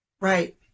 right